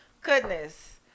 goodness